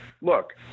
look